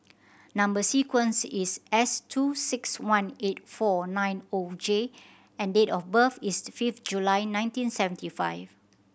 number sequence is S two six one eight four nine O J and date of birth is fifth July nineteen seventy five